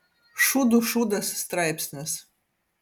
šūdų šūdas straipsnis